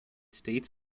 states